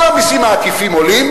כל המסים העקיפים עולים.